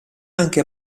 anche